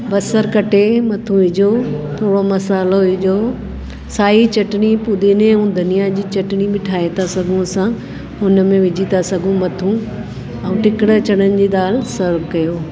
बसरु कटे मथां विझो थोरो मसालो विझो साई चटणी फूदिनो ऐं धनिया जी चटणी ठाहे था सघूं असां हुन में विझी था सघूं मथां ऐं टिकिड़ा चणनि जी दाल सव कयो